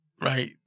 right